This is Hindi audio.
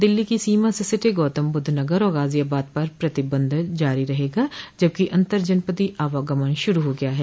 दिल्ली की सीमा से सटे गौतमबुद्ध नगर और गाजियाबाद पर प्रतिबंध जारी रहेगा जबकि अन्तर जनपदीय आवागमन शुरू हो गया है